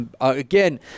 Again